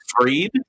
Freed